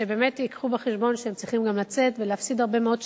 שבאמת ייקחו בחשבון שהם צריכים גם לצאת ולהפסיד הרבה מאוד שעות,